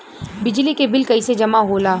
बिजली के बिल कैसे जमा होला?